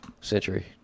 Century